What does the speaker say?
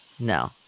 No